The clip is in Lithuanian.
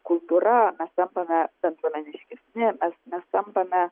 kultūra tampame bendruomeniškesni nes tampame